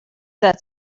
that